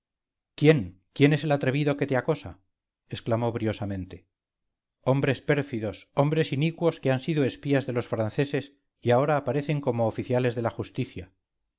quién quién es el atrevido que te acosa exclamó briosamente hombres pérfidos hombres inicuos que han sido espías de los franceses y ahora aparecen como oficiales de la justicia